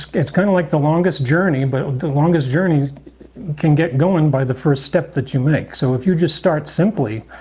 it's kind of like the longest journey, but the longest journey can get going by the first step that you make. so if you just start simply,